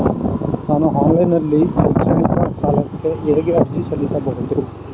ನಾನು ಆನ್ಲೈನ್ ನಲ್ಲಿ ಶೈಕ್ಷಣಿಕ ಸಾಲಕ್ಕೆ ಹೇಗೆ ಅರ್ಜಿ ಸಲ್ಲಿಸಬಹುದು?